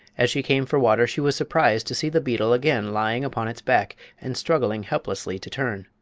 as she came for water, she was surprised to see the beetle again lying upon its back and struggling helplessly to turn.